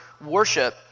worship